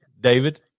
David